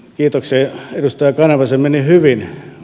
kiitoksia edustaja kanerva se meni hyvin